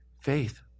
Faith